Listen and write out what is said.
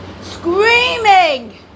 screaming